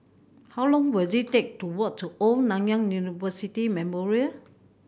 how long will it take to walk to Old Nanyang University Memorial